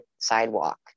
sidewalk